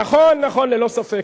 נכון, נכון, ללא ספק.